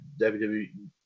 WWE